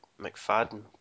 McFadden